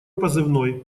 позывной